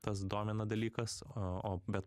tas domina dalykas o bet